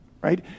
Right